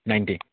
ninety